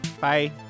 bye